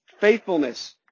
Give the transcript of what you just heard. faithfulness